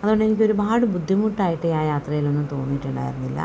അതുകൊണ്ട് എനിക്കൊരുപാട് ബുദ്ധിമുട്ടായിട്ട് യാത്രയിലൊന്നും തോന്നിയിട്ടുണ്ടായിരുന്നില്ല